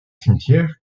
cimetière